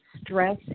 stress